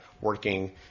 working